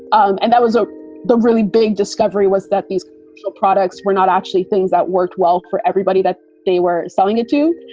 um and that was ah a really big discovery, was that these so products were not actually things that worked well for everybody that they were selling it to.